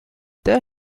there